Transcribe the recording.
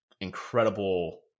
incredible